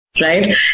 right